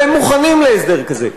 והם מוכנים להסדר כזה,